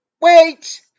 wait